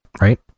right